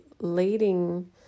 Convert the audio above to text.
leading